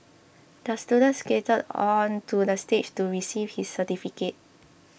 the student skated onto the stage to receive his certificate